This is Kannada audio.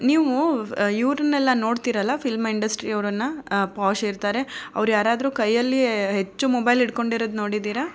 ನೀವು ಇವ್ರನ್ನೆಲ್ಲಾ ನೋಡ್ತೀರಲ್ಲಾ ಫಿಲ್ಮ್ ಇಂಡಸ್ಟ್ರೀಯವರನ್ನಾ ಪಾಶ್ ಇರ್ತಾರೆ ಅವ್ರ ಯಾರಾದರೂ ಕೈಯಲ್ಲಿ ಹೆಚ್ಚು ಮೊಬೈಲ್ ಹಿಡ್ಕೊಂಡಿರೋದು ನೋಡಿದ್ದೀರಾ